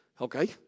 Okay